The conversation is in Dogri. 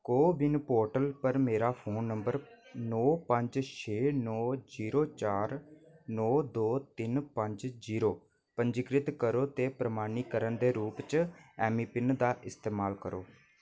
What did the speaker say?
को विन पोर्टल पर मेरा फोन नंबर नो पंज छे पंज जीरो चार नो दो तिन पंज जीरो पंजीकृत करो ते प्रमाणीकरण दे रूप च ऐम्मपिन दा इस्तमाल करो